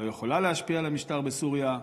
לא יכולה להשפיע על המשטר בסוריה.